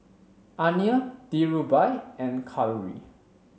Anil Dhirubhai and Kalluri